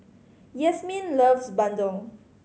Yasmeen loves bandung